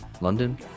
London